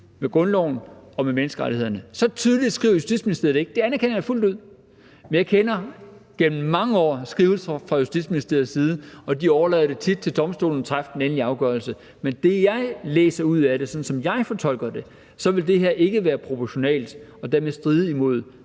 med grundloven og menneskerettighederne. Så tydeligt skriver Justitsministeriet det ikke. Det anerkender jeg fuldt ud. Men jeg kender efter mange års erfaringer med skrivelser fra Justitsministeriet side Justitsministeriet, og de overlader det tit til domstolene at træffe den endelige afgørelse. Men med det, jeg læser ud af det, sådan som jeg fortolker det, så vil det her ikke være proportionalt og dermed stride imod